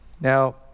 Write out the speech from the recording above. Now